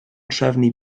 trefnu